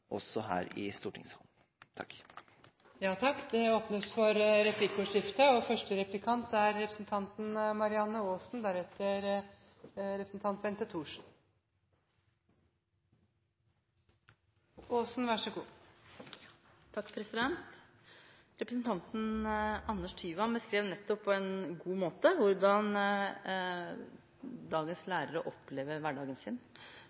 også her i stortingssalen. Det blir replikkordskifte. Representanten Anders Tyvand beskrev nettopp, på en god måte, hvordan dagens